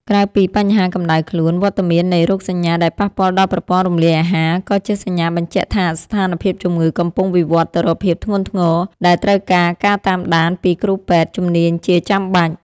ក្រៅពីបញ្ហាកម្ដៅខ្លួន វត្តមាននៃរោគសញ្ញាដែលប៉ះពាល់ដល់ប្រព័ន្ធរំលាយអាហារ ក៏ជាសញ្ញាបញ្ជាក់ថាស្ថានភាពជំងឺកំពុងវិវត្តទៅរកភាពធ្ងន់ធ្ងរដែលត្រូវការការតាមដានពីគ្រូពេទ្យជំនាញជាចាំបាច់។